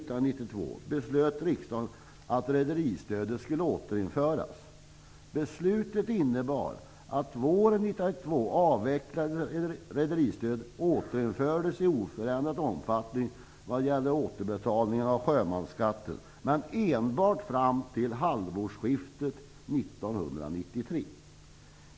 Något sådant förslag kom aldrig.